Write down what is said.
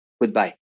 Goodbye